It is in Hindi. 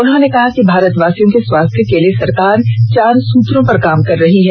उन्होंने कहा कि हर भारतवासियों के स्वास्थ्य के लिए सरकार चार सूत्रों पर काम कर रही है